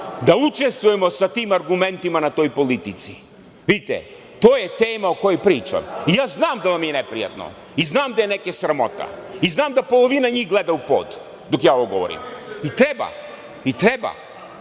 da učestvujemo sa tim argumentima na toj politici. Vidite, to je tema o kojoj pričam. Ja znam da vam je neprijatno i znam da je neke sramota i znam da polovina njih gleda u pod dok ja ovo govorim i treba, jer